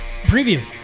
preview